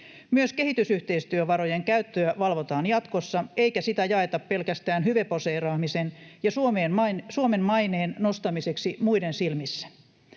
Myös kehitysyhteistyövarojen käyttöä valvotaan jatkossa eikä sitä jaeta pelkästään hyveposeeraamisen ja Suomen maineen nostamiseksi muiden silmissä.